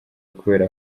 kubera